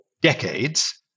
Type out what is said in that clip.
decades